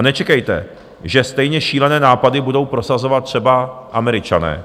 Nečekejte, že stejně šílené nápady budou prosazovat třeba Američané.